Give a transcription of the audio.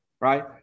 right